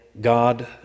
God